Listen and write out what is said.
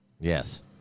Yes